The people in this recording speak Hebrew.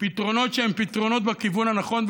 פתרונות שהם פתרונות בכיוון הנכון,